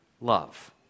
love